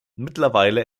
mittlerweile